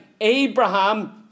Abraham